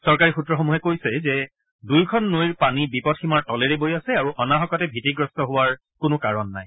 চৰকাৰী সূত্ৰসমূহে কৈছে যে দুয়োখন নৈৰ পানী বিপদসীমাৰ তলেৰে বৈ আছে আৰু অনাহকতে ভীতিগ্ৰস্ত হোৱাৰ কোনো কাৰণ নাই